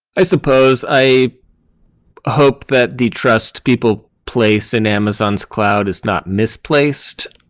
i suppose. i hope that the trust people place in amazon's cloud is not misplaced